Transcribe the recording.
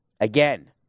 again